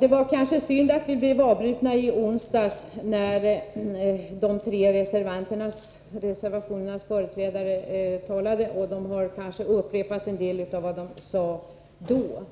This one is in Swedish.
Det var kanske synd att vi blev avbrutna i onsdags, när företrädarna för de tre partier som har reserverat sig talade, även om de i dag har upprepat en del av vad de då sade.